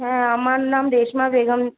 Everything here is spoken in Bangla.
হ্যাঁ আমার নাম রেশমা বেগম